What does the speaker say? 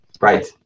Right